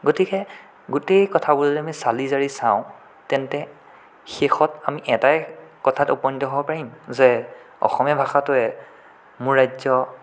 গতিকে গোটেই কথাবোৰ যদি আমি চালি জাৰি চাওঁ তেন্তে শেষত আমি এটাই কথাত উপনীত হ'ব পাৰিম যে অসমীয়া ভাষাটোৱে মোৰ ৰাজ্য